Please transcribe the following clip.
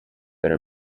pero